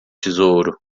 tesouro